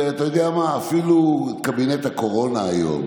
ואתה יודע מה, אפילו בקבינט הקורונה היום